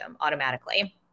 automatically